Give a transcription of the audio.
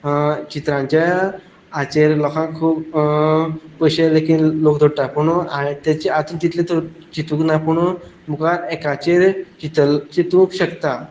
चित्रांच्या हाचेर लोकांक खूब पयशे लेगीत लोक जोडटात पुणून हांवें तेचेर आजून तितलें चितूंक ना पुणून मुखार एकाचेर चितूंक शकता